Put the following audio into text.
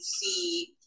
see